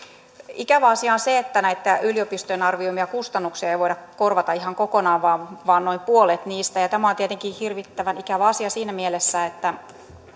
ikävä asia on se että näitä yliopistojen arvioimia kustannuksia ei voida korvata ihan kokonaan vaan vain noin puolet niistä ja tämä on tietenkin hirvittävän ikävä asia siinä mielessä että